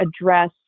address